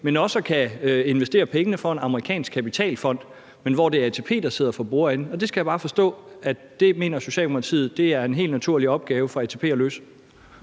men også at investere penge for en amerikansk kapitalfond, og hvor det er ATP, der sidder for bordenden. Det skal jeg bare forstå at Socialdemokratiet mener er en helt naturlig opgave for ATP at løse.